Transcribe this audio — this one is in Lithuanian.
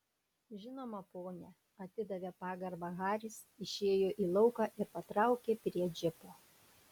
žinoma pone atidavė pagarbą haris išėjo į lauką ir patraukė prie džipo